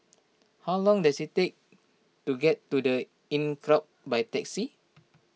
how long does it take to get to the Inncrowd by taxi